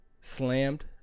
slammed